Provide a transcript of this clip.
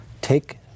take